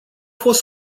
fost